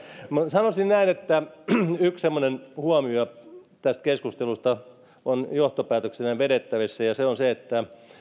sanoisin näin että yksi semmoinen huomio tästä keskustelusta on johtopäätöksenä vedettävissä ja se on se että